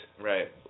Right